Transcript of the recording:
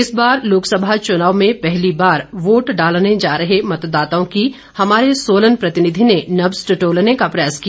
इस बार लोकसभा चुनाव में पहली बार वोट डालने जा रहे मतदाताओं की हमारे सोलन प्रतिनिधि ने नब्ज टटोलने का प्रयास किया